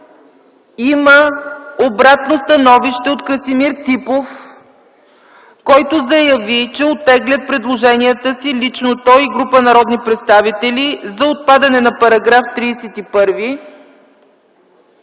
има обратно становище от Красимир Ципов, който заяви в залата, че оттегля предложенията си – лично той и група народни представители – за отпадане на § 31,